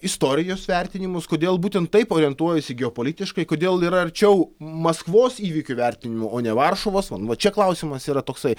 istorijos vertinimus kodėl būtent taip orientuojasi geopolitiškai kodėl yra arčiau maskvos įvykių vertinimų o ne varšuvos man va čia klausimas yra toksai